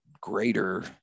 greater